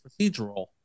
procedural